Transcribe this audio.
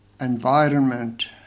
environment